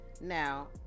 now